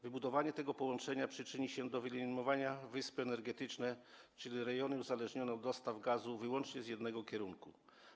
Wybudowanie tego połączenia przyczyni się do wyeliminowania wysp energetycznych, czyli rejonów uzależnionych od dostaw gazu wyłącznie z jednego kierunku.